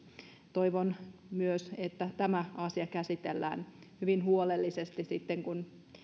toivon että myös tämä asia käsitellään hyvin huolellisesti sitten kun